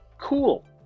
cool